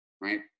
right